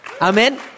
Amen